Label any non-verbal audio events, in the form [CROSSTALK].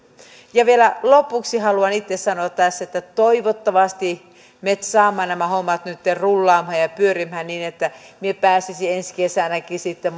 vielä lopuksi haluan itse sanoa taas että toivottavasti me saamme nämä hommat nytten rullaamaan ja pyörimään niin että minä pääsisin ensi kesänäkin sitten [UNINTELLIGIBLE]